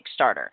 Kickstarter